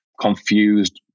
confused